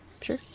Sure